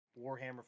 Warhammer